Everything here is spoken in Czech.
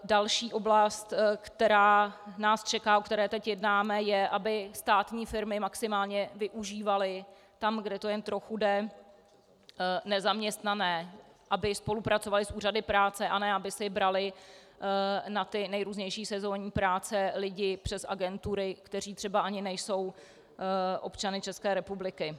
Další oblast, která nás čeká, o které teď jednáme, je, aby státní firmy maximálně využívaly tam, kde to jen trochu jde, nezaměstnané, aby spolupracovaly s úřady práce, a ne aby si braly na ty nejrůznější sezónní práce lidi přes agentury, kteří třeba ani nejsou občany České republiky.